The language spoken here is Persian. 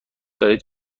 دارید